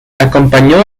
acompañó